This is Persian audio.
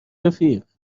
رفیق